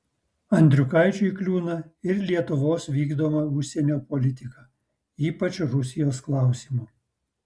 andriukaičiui kliūna ir lietuvos vykdoma užsienio politika ypač rusijos klausimu